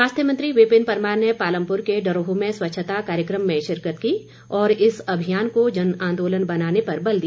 स्वास्थ्य मंत्री विपिन परमार ने पालमपुर के डरोह में स्वच्छता कार्यक्रम में शिरकत की और इस अभियान को जन आंदोलन बनाने पर बल दिया